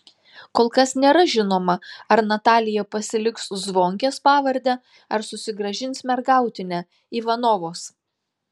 kol kas nėra žinoma ar natalija pasiliks zvonkės pavardę ar susigrąžins mergautinę ivanovos